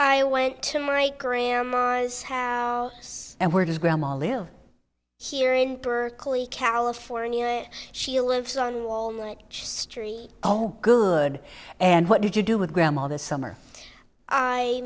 i went to marie grandma's house and where does grandma live here in berkeley california she lives on wall street oh good and what did you do with grandma this summer i